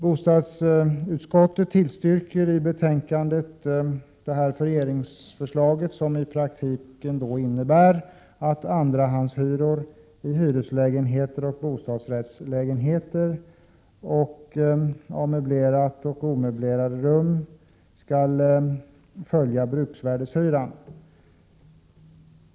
Bostadsutskottet tillstyrker i betänkandet regeringsförslaget, som i praktiken innebär att andrahandshyror i hyreslägenheter och bostadsrättslägenheter samt för möblerade och omöblerade rum skall följa bruksvärdeshyran.